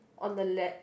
on the left